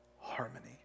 harmony